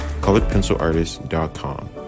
coloredpencilartist.com